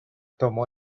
tomó